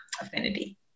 affinity